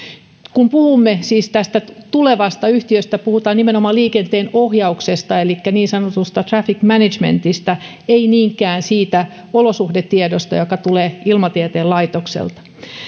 kun puhumme siis tästä tulevasta yhtiöstä puhutaan nimenomaan liikenteenohjauksesta elikkä niin sanotusta traffic managementista ei niinkään siitä olosuhdetiedosta joka tulee ilmatieteen laitokselta